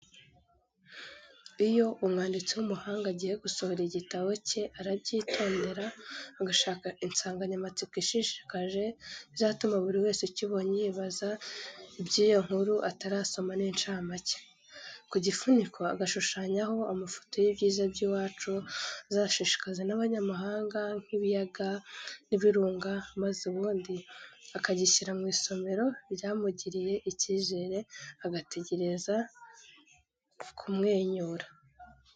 Iyo umwanditsi w'umuhanga agiye gusohora igitabo cye arabyitondera, agashaka insanganyamatsiko ishishikaje, izatuma buri wese ukibonye yibaza iby'iyo nkuru atarasoma n'inshamake, ku gifuniko agashushanyaho amafoto y'ibyiza by'iwacu azashishikaza n'abanyamahanga nk'ibiyaga n'ibirunga, maze ubundi akagishyira mu isomero ryamugiriye icyizere, agategereza kumwenyura.